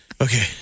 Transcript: Okay